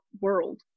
world